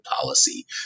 policy